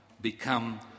become